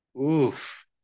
Oof